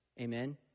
amen